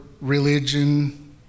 religion